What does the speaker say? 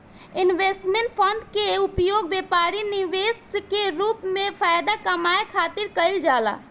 investment fund के उपयोग व्यापारी निवेश के रूप में फायदा कामये खातिर कईल जाला